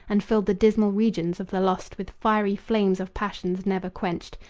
and filled the dismal regions of the lost with fiery flames of passions never quenched,